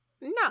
No